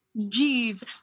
jeez